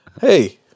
hey